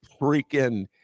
freaking